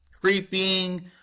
creeping